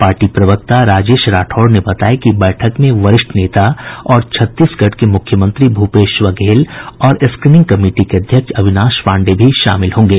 party प्रवक्ता राजेश राठौर ने बताया कि बैठक में वरिष्ठ नेता और छत्तीसगढ़ के मूख्यमंत्री भूपेश बघेल और स्क्रीनिंग कमिटी के अध्यक्ष अविनाश पांडेय भी शामिल होंगे